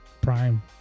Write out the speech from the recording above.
prime